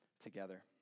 together